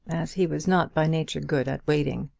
as he was not by nature good at waiting.